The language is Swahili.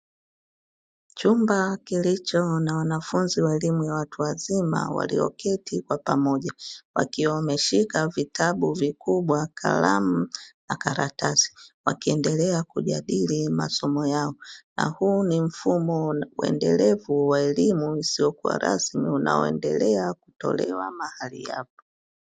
Chumba kilicho na wanafunzi wa elimu ya watu wazima, walio keti kwa pamoja wakiwa wameshika vitabu vikubwa kalamu na karatasi. Wakiendelea kujadili masomo yao. Na huu ni mfumo endelevu wa elimu isiyo kuwa rasmi unao endelea kutolewa mahali hapa.